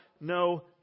no